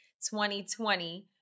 2020